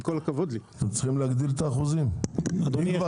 אתם צריכים להגדיל את אחוזי התמיכה.